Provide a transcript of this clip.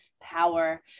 power